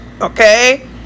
okay